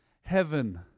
Heaven